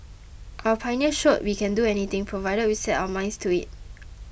our pioneers showed we can do anything provided we set our minds to it